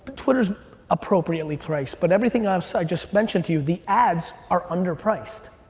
twitter's appropriately priced but everything else i just mentioned to you, the ads are underpriced.